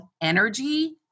energy